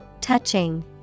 Touching